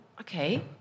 okay